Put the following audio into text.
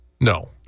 No